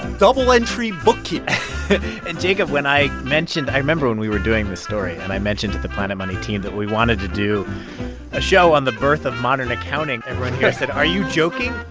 double-entry bookkeeping and, jacob, when i mentioned i remember when we were doing this story. and i mentioned to the planet money team that we wanted to do a show on the birth of modern accounting. everyone here said, are you joking?